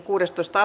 asia